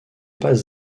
pas